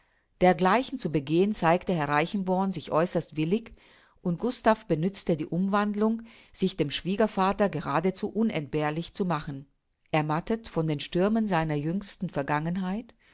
dergleichen zu begehen zeigte herr reichenborn sich äußerst willig und gustav benützte die umwandlung sich dem schwiegervater geradezu unentbehrlich zu machen ermattet von den stürmen seiner jüngsten vergangenheit